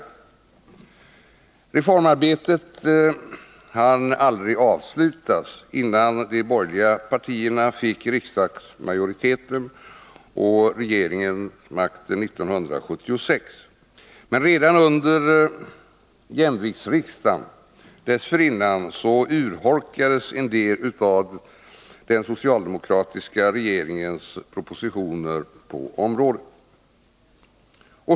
Reformarbetet hann aldrig avslutas innan de borgerliga partierna fick riksdagsmajoriteten och regeringsmakten 1976. Redan under jämviktsriksdagen dessförinnan urholkades en del av den socialdemokratiska regeringens propositioner på området.